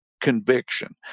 conviction